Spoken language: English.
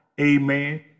amen